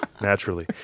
Naturally